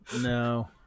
No